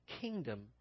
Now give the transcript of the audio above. kingdom